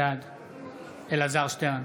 בעד אלעזר שטרן,